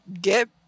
get